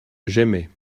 j’aimais